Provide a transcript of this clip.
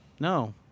No